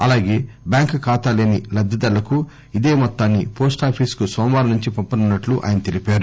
అలాగే బ్యాంక్ ఖాతాలేని లబ్గిదారులకు ఇదే మొత్తాన్ని వోస్టాఫీస్కు నోమవారం నుంచి పంపనున్నట్లు ఆయన తెలిపారు